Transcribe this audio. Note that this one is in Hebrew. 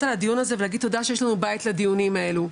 על הדיון הזה ולהגיד תודה שיש לנו בית לדיונים האלו.